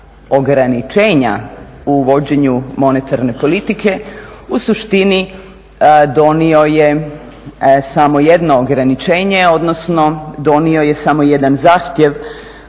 ograničenja u vođenju monetarne politike, u suštini donio je samo jedno ograničenje odnosno donio je samo jedan zahtjev